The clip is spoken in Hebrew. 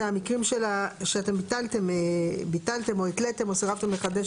זה המקרים שאתם ביטלתם או התלתם או סירבתם לחדש